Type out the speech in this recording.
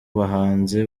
bahanzi